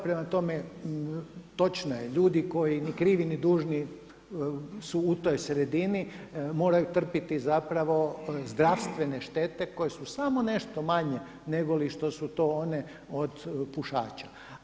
Prema tome, točno je ljudi koji ni krivi, ni dužni su u toj sredini moraju trpiti zapravo zdravstvene štete koje su samo nešto manje negoli što su to od pušača.